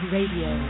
Radio